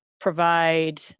provide